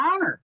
honor